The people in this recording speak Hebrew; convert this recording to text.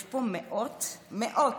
יש פה מאות, מאות,